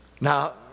Now